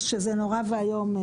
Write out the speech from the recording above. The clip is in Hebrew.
שזה נורא ואיום,